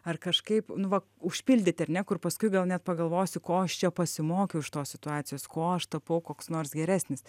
ar kažkaip nu va užpildyti ar ne kur paskui gal net pagalvosiu ko aš čia pasimokiau iš tos situacijos ko aš tapau koks nors geresnis